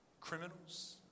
criminals